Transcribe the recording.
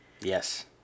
Yes